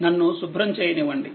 నన్ను శుభ్రం చేయనివ్వండి